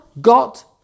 got